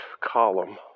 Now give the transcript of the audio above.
column